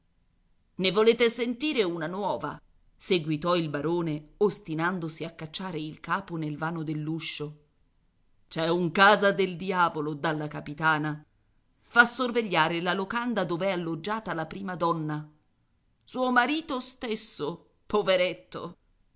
ne volete sentire una nuova seguitò il barone ostinandosi a cacciare il capo nel vano dell'uscio c'è un casa del diavolo dalla capitana fa sorvegliare la locanda dov'è alloggiata la prima donna suo marito stesso poveretto